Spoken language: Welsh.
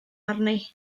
arni